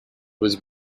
was